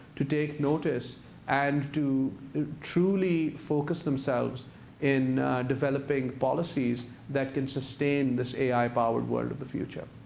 to take notice and to truly focus themselves in developing policies that can sustain this ai powered world of the future.